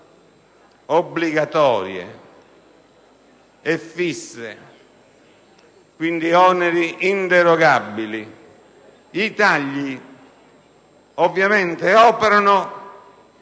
obbligatorie e fisse, quindi oneri inderogabili. I tagli ovviamente operano